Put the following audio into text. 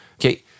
Okay